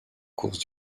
course